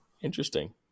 Interesting